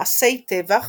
מעשי טבח